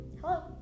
hello